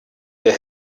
der